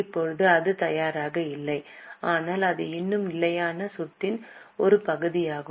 இப்போது அது தயாராக இல்லை ஆனால் அது இன்னும் நிலையான சொத்தின் ஒரு பகுதியாகும்